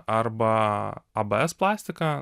arba abs plastiką